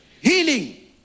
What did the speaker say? Healing